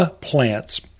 plants